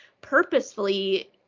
purposefully